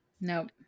Nope